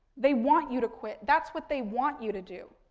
they want you to quit. that's what they want you to do.